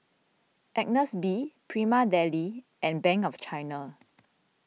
Agnes B Prima Deli and Bank of China